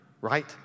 right